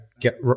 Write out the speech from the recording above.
get